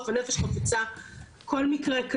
אני יכולה לתת דוגמה רק מלפני שבוע וחצי,